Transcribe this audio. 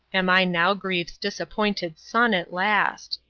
am i now grief's disappointed son at last?